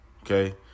Okay